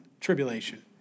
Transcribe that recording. tribulation